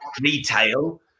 retail